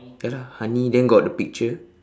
ya lah honey then got the picture